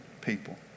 people